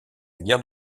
guerre